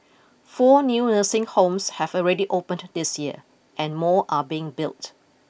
four new nursing homes have already opened this year and more are being built